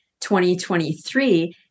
2023